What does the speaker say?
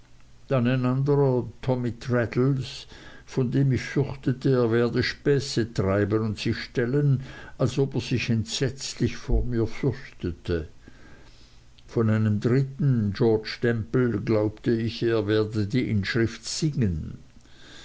tommy traddles von dem ich fürchtete er werde späße treiben und sich stellen als ob er sich entsetzlich vor mir fürchtete von einem dritten george demple glaubte ich er werde die inschrift singen